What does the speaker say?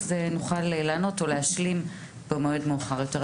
אז נוכל לענות או להשלים במועד מאוחר יותר.